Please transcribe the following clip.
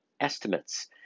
estimates